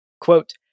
Quote